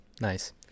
Nice